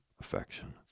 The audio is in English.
affection